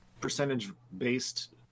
percentage-based